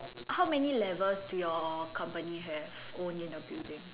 how many levels do your company have own in the building